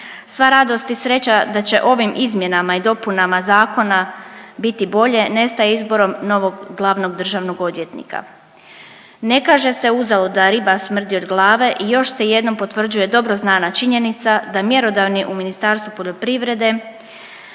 sva radost i sreća da će ovim izmjenama i dopunama zakona biti bolje, nestaje izborom novog glavnog državnog odvjetnika. Ne kaže se uzalud da riba smrdi od glave i još se jednom potvrđuje dobro znana činjenica da mjerodavni u ministarstvu poljoprivrede